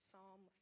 Psalm